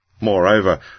Moreover